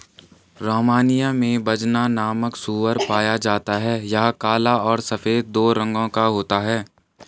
Romania में Bazna नामक सूअर पाया जाता है यह काला और सफेद दो रंगो का होता है